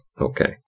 Okay